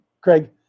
Craig